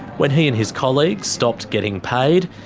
when he and his colleagues stopped getting paid,